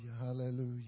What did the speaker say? Hallelujah